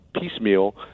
piecemeal